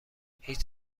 هیچ